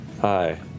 Hi